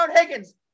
Higgins